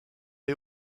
les